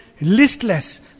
listless